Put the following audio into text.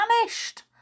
vanished